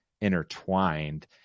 intertwined